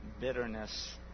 bitterness